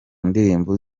ndirimbo